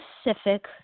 specific